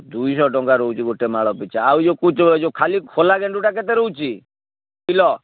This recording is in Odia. ଦୁଇ ଶହ ଟଙ୍କା ରହୁଛି ଗୋଟେ ମାଳ ପିଛା ଆଉ ଖାଲି ଖୋଲା ଗେଣ୍ଡୁଟା କେତେ ରହୁଛି କିଲୋ